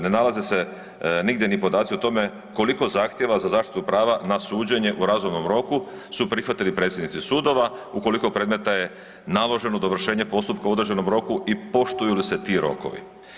Ne nalaze se nigdje ni podaci o tome koliko zahtjeva za zaštitu prava na suđenje u razumnom roku su prihvatili predsjednici sudova, u koliko predmeta je naloženo dovršenje postupka u određenom roku i poštuju li se ti rokovi.